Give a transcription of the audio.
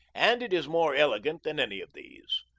and it is more elegant than any of these.